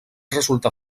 resultar